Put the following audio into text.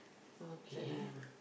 okay